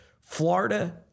Florida